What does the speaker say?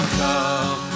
come